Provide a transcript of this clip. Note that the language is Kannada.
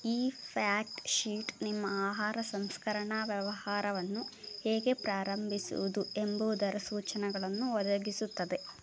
ಈ ಫ್ಯಾಕ್ಟ್ ಶೀಟ್ ನಿಮ್ಮ ಆಹಾರ ಸಂಸ್ಕರಣಾ ವ್ಯವಹಾರವನ್ನು ಹೇಗೆ ಪ್ರಾರಂಭಿಸುವುದು ಎಂಬುವುದರ ಸೂಚನೆಗಳನ್ನು ಒದಗಿಸುತ್ತದೆ